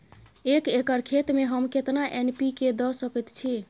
एक एकर खेत में हम केतना एन.पी.के द सकेत छी?